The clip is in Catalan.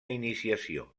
iniciació